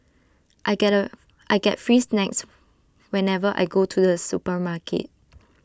I get A I get free snacks whenever I go to the supermarket